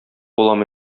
булам